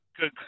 Good